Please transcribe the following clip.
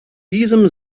diesem